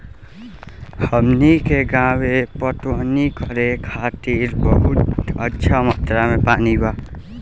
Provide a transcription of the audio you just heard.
हमनी के गांवे पटवनी करे खातिर बहुत अच्छा मात्रा में पानी बा